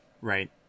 Right